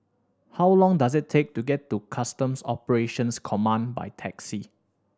how long does it take to get to Customs Operations Command by taxi